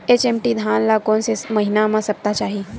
HMT धान ल कोन से महिना म सप्ता चाही?